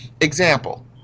Example